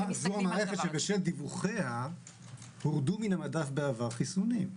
זו המערכת שבשל דיווחיה הורדו מהמדף בעבר חיסונים.